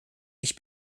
ich